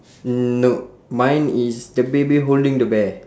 mm nope mine is the baby holding the bear